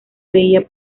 veía